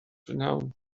prynhawn